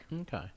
okay